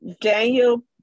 Daniel